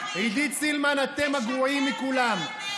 עידית סילמן, אתם הגרועים מכולם.